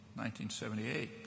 1978